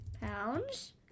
pounds